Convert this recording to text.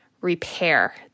repair